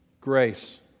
Grace